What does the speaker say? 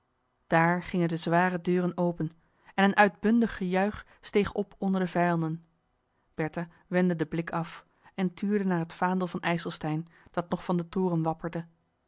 daar gingen de zware deuren open en een uitbundig gejuich steeg op onder de vijanden bertha wendde den blik af en tuurde naar het vaandel van ijselstein dat nog van den toren wapperde